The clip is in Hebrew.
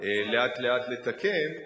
לאט-לאט לתקן,